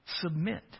submit